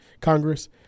Congress